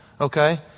okay